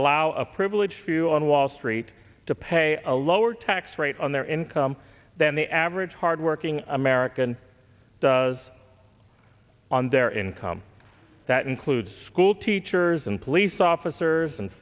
allow a privileged few on wall street to pay a lower tax rate on their income than the average hardworking american does on their income that includes school teachers and police officers and